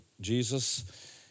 Jesus